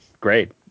great